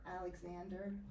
Alexander